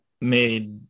made